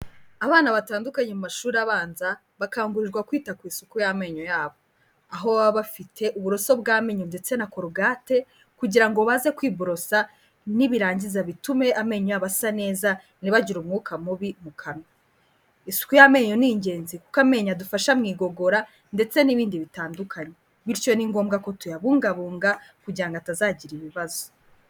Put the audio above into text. Abana batandukanye mu mashuri abanza bakangurirwa kwita ku isuku y'amenyo yabo. Aho baba bafite uburoso bw'amenyo ndetse na corogate kugira ngo baze kwiborosa nibirangiza bitume amenyo abasa neza ntibagire umwuka mubi mu kanwa. Isuku y'amenyo ni ingenzi kuko amenyo adufasha mu igogora ndetse n'ibindi bitandukanye, bityo ni ngombwa ko tuyabungabunga kugirango ngo atazagira ibibazo.